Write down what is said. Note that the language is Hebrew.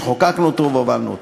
שחוקקנו והובלנו.